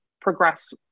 progress